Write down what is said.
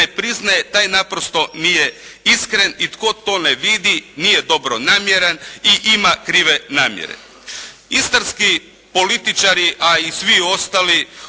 ne priznaje, taj naprosto nije iskren i tko to ne vidi nije dobronamjeran i ima krive namjere. Istarski političari, a i svi ostali